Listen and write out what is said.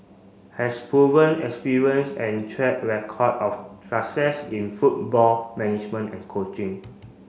has proven experience and track record of success in football management and coaching